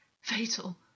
fatal